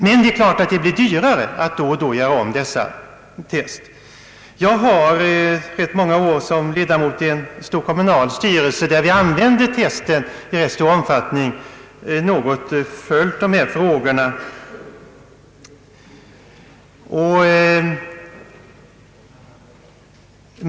Men det är klart att det blir dyrare att då och då göra om testen. Jag har rätt många år som ledamot av en stor kommunal styrelse, där vi använde test i ganska stor omfattning, något följt dessa frågor.